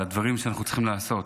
לדברים שאנחנו צריכים לעשות,